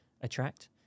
attract